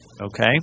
Okay